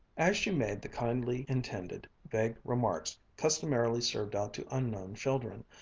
as she made the kindly intended, vague remarks customarily served out to unknown children,